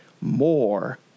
more